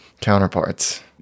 counterparts